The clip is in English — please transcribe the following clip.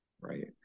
Right